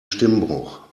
stimmbruch